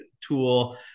tool